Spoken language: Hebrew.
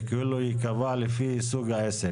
שכאילו ייקבע לפי סוג העסק.